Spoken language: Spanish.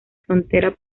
frontera